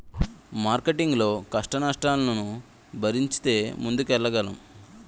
marketing లో కష్టనష్టాలను భరించితే ముందుకెళ్లగలం